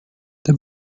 the